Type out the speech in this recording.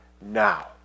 now